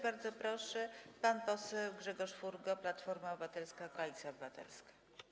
Bardzo proszę, pan poseł Grzegorz Furgo, Platforma Obywatelska - Koalicja Obywatelska.